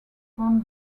phone